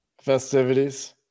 festivities